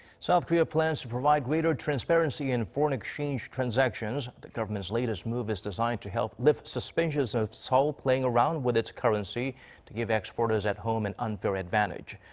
south korea plans to provide greater transparency in foreign exchange transactions. the government's latest move is designed to help lift suspicions of seoul playing around with its currency to give exporters at home an unfair advantage.